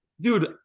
Dude